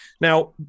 Now